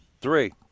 Three